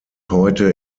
heute